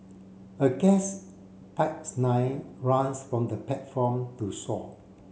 a gas pipes line runs from the platform to shore